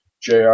jr